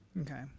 okay